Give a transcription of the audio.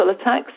attacks